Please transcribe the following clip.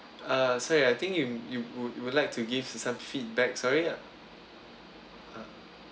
uh sorry I think you you would would like to give some feedback sorry ya